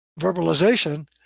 verbalization